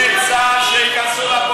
למה אתה מפחד מקציני צה"ל שייכנסו לפוליטיקה?